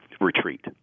retreat